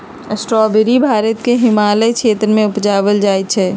strawberry Bharat के हिमालय क्षेत्र में उपजायल जाइ छइ